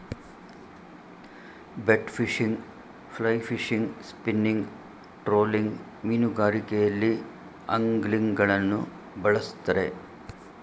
bait fishing, fly fishing, spinning, trolling ಮೀನುಗಾರಿಕೆಯಲ್ಲಿ ಅಂಗ್ಲಿಂಗ್ಗಳನ್ನು ಬಳ್ಸತ್ತರೆ